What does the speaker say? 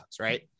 right